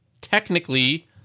technically